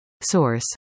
Source